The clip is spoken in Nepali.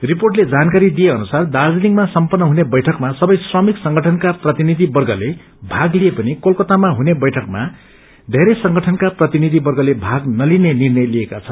रिपोर्टले जानकारी दिए अनुसार दार्जीलिङमा सम्पन्न हुने बैठकमा सबै श्रमिक संगठनका प्रतिनिधिवर्गले भाग लिए पनि कलकतामा हुने वैठकमा वेरै संगठनका प्रतिनिधिवर्गले भाग नलिने निर्णय लिएका छन्